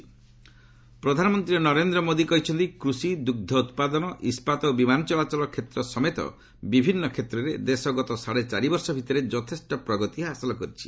PM Modi ପ୍ରଧାନମନ୍ତ୍ରୀ ନରେନ୍ଦ୍ର ମୋଦି କହିଛନ୍ତି କୃଷି ଦୁଗ୍ଧ ଉତ୍ପାଦନ ଇସ୍କାତ୍ ଓ ବିମାନ ଚଳାଚଳ କ୍ଷେତ୍ର ସମେତ ବିଭିନ୍ନ କ୍ଷେତ୍ରରେ ଦେଶ ଗତ ସାଢ଼େ ଚାରି ବର୍ଷ ଭିତରେ ଯଥେଷ୍ଟ ପ୍ରଗତି ହାସଲ କରିଛି